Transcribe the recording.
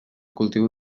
cultiu